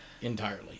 entirely